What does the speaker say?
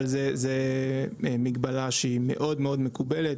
אבל זה מגבלה שהיא מאוד מאוד מקובלת.